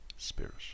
spirit